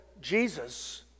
Jesus